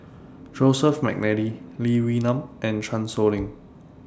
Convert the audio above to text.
Joseph Mcnally Lee Wee Nam and Chan Sow Lin